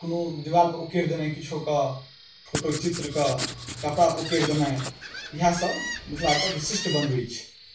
कोनो देबालपर उकेरि देनै किछुके फोटो चित्रके कपड़ापर उकेरि देनाइ इएहसब मिथिलाके विशिष्ट बनबै छै